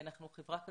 אנחנו חברה כזאת,